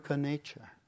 nature